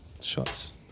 shots